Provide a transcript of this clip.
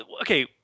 okay